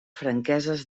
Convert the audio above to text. franqueses